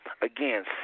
again